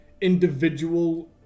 individual